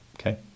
Okay